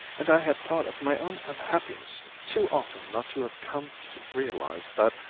and i had thought of my own unhappiness too often not to have come to realise that,